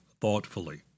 thoughtfully